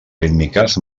rítmiques